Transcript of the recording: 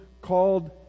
called